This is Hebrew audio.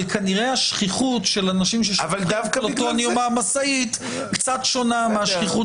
כנראה השכיחות של אנשים ששופכים פלוטוניום מהמשאית קצת שונה מהשכיחות